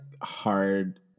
hard